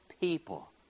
people